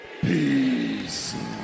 peace